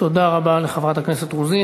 תודה רבה לחברת הכנסת רוזין.